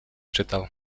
czytał